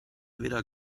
weder